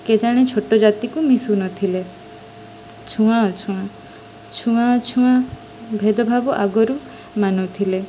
କେଜାଣି ଛୋଟ ଜାତିକୁ ମିଶୁନଥିଲେ ଛୁଆଁ ଅଛୁଆଁ ଛୁଆଁ ଅଛୁଆଁ ଭେଦଭାବ ଆଗରୁ ମାନୁଥିଲେ